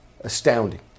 Astounding